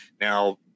now